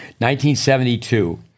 1972